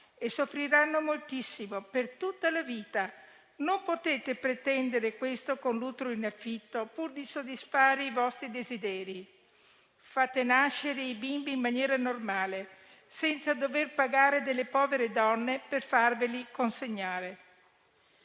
e soffriranno moltissimo per tutta la vita. Non potete pretendere questo, con l'utero in affitto, pur di soddisfare i vostri desideri. Fate nascere i bimbi in maniera normale, senza dover pagare delle povere donne per farveli consegnare.